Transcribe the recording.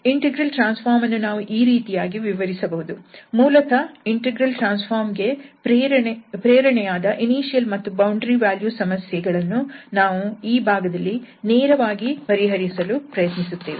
integral transform ಅನ್ನು ನಾವು ಈ ರೀತಿಯಾಗಿ ವಿವರಿಸಬಹುದು ಮೂಲತಃ ಇಂಟೆಗ್ರಲ್ ಟ್ರಾನ್ಸ್ ಫಾರ್ಮ್ ಗೆ ಪ್ರೇರಣೆಯಾದ ಇನಿಶಿಯಲ್ ಮತ್ತು ಬೌಂಡರಿ ವ್ಯಾಲ್ಯೂ ಸಮಸ್ಯೆ ಗಳನ್ನು ನಾವು ಈ ಭಾಗದಲ್ಲಿ ನೇರವಾಗಿ ಪರಿಹರಿಸಲು ಪ್ರಯತ್ನಿಸುತ್ತೇವೆ